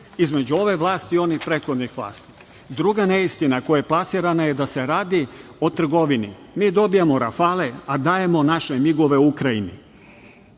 između ove vlasti i onih prethodnih vlasti. Druga neistina koja je plasirana je da se radi o trgovini i mi dobijamo rafale a dajemo naše migove Ukrajini.